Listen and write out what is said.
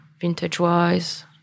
vintage-wise